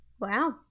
Wow